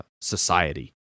society